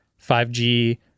5g